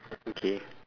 okay